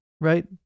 right